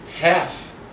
half